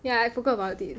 ya I forgot about it